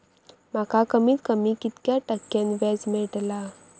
माका कमीत कमी कितक्या टक्क्यान व्याज मेलतला?